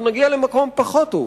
נגיע למקום פחות טוב,